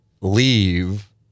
leave